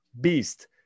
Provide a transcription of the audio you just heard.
Beast